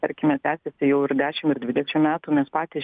tarkime tęsiasi jau ir dešimt ir dvidešimt metų nes patys